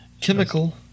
Chemical